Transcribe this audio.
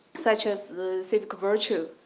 such as civic virtue,